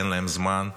אין להם זמן,